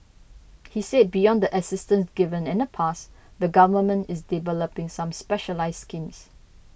he said beyond the assistance given in the past the government is developing some specialised schemes